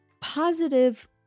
positive